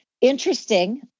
Interesting